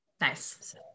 nice